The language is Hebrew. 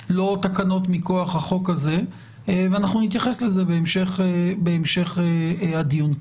אלה לא תקנות מכוח החוק הזה ואנחנו נתייחס לזה בהמשך הדיון.